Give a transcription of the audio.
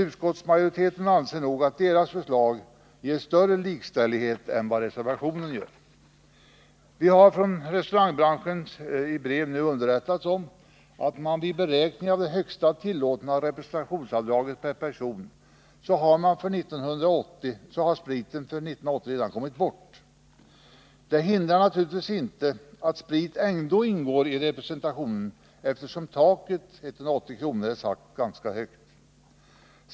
Utskottsmajoriteten anser att dess förslag innebär större likställighet än reservanternas förslag. Företrädare för restaurangbranschen har i brev underrättat oss om att vid beräkningen av det högsta tillåtna representationsavdraget per person har för 1980 spriten redan kommit bort. Det hindrar naturligtvis inte att sprit ändå ingår i representationen eftersom man satt taket — 180 kr. — ganska högt.